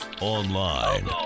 Online